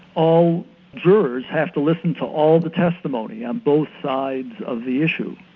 all jurors have to listen to all the testimony on both sides of the issue,